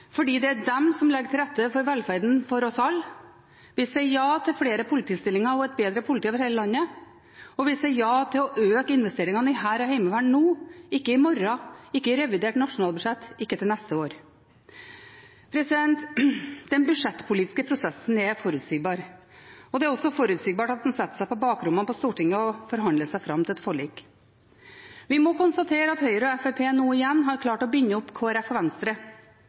fordi det er de som legger til rette for velferden for oss alle, vi sier ja til flere politistillinger og et bedre politi over hele landet, og vi sier ja til å øke investeringene i hær og heimevern nå, ikke i morgen, ikke i revidert nasjonalbudsjett, ikke til neste år. Den budsjettpolitiske prosessen er forutsigbar. Det er også forutsigbart at man setter seg på bakrommene på Stortinget og forhandler seg fram til et forlik. Vi må konstatere at Høyre og Fremskrittspartiet nå igjen har klart å binde opp Kristelig Folkeparti og Venstre,